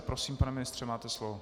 Prosím, pane ministře, máte slovo.